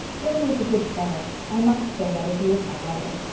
billy is a good fellow. i must say that, if he is my brother.